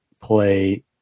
play